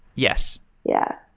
yes yeah.